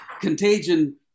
contagion